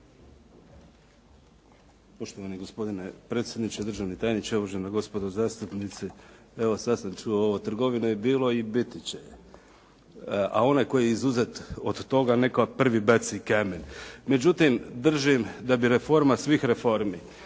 Poštovani gospodine predsjedniče, državni tajniče, uvažena gospodo zastupnici. Evo sad sam čuo ovo. Trgovine je bilo i biti će je, a onaj koji je izuzet od toga neka prvi baci kamen. Međutim, držim da bi reforma svih reformi